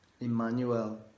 Emmanuel